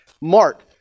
Mark